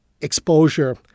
exposure